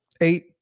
eight –